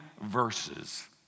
verses